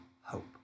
hope